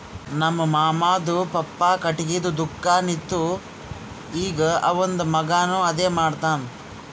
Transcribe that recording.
ನಮ್ ಮಾಮಾದು ಪಪ್ಪಾ ಖಟ್ಗಿದು ದುಕಾನ್ ಇತ್ತು ಈಗ್ ಅವಂದ್ ಮಗಾನು ಅದೇ ಮಾಡ್ತಾನ್